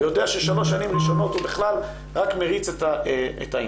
הוא יודע ששלוש שנים ראשונות הוא בכלל רק מריץ את העניין.